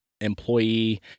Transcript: employee